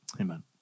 Amen